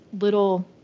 little